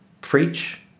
preach